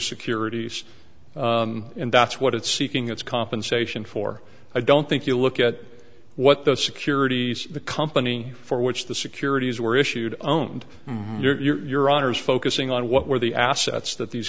securities and that's what it's seeking its compensation for i don't think you look at what the securities the company for which the securities were issued own and you're honor is focusing on what were the assets that these